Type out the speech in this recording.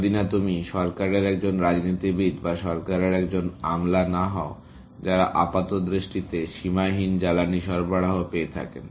যদি না তুমি সরকারের একজন রাজনীতিবিদ বা সরকারের একজন আমলা না হও যারা আপাতদৃষ্টিতে সীমাহীন জ্বালানি সরবরাহ পেয়ে থাকেন